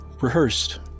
rehearsed